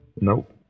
Nope